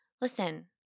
Listen